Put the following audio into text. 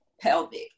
pelvic